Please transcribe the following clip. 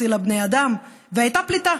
הצילה בני אדם והייתה פליטה.